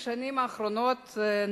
בשנים האחרונות,